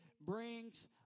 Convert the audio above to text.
brings